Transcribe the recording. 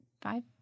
five